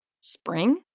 Spring